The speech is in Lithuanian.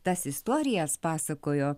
tas istorijas pasakojo